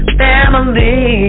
family